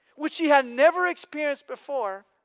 which he had never experienced before,